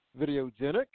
Videogenic